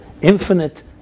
infinite